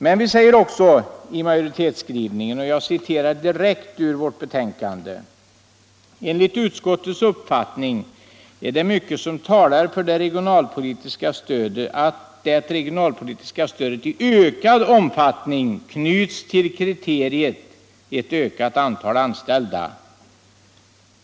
Men vi säger också i majoritetens skrivning följande på s. 7 och 8: ”Enligt utskottets uppfattning är det mycket som talar för att det regionalpolitiska stödet i ökad omfattning knyts till kriteriet ett ökat antal anställda.